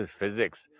physics